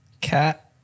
Cat